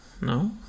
No